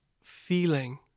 feeling